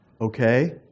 Okay